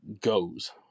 goes